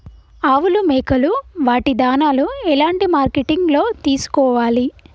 ఆవులు మేకలు వాటి దాణాలు ఎలాంటి మార్కెటింగ్ లో తీసుకోవాలి?